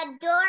door